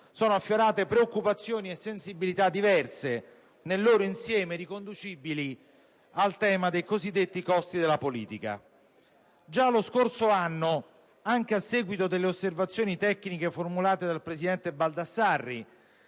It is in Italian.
sono affiorate preoccupazioni e sensibilità diverse, nel loro insieme riconducibili al tema dei cosiddetti costi della politica. Già lo scorso anno - anche a seguito delle osservazioni tecniche formulate dal presidente Baldassarri